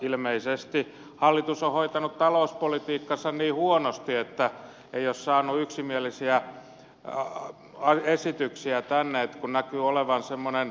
ilmeisesti hallitus on hoitanut talouspolitiikkansa niin huonosti että ei ole saanut yksimielisiä esityksiä tänne kun näkyy olevan semmoinen kokoomuksen ja sosialidemokraattien nokittelu